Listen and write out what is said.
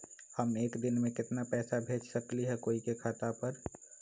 हम एक दिन में केतना पैसा भेज सकली ह कोई के खाता पर?